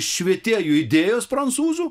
švietėjų idėjos prancūzų